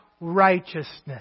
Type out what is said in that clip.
righteousness